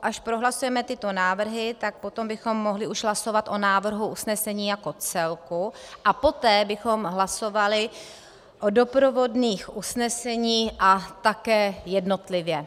Až prohlasujeme tyto návrhy, tak potom bychom už mohli hlasovat o návrhu usnesení jako celku a poté bychom hlasovali o doprovodných usneseních a také jednotlivě.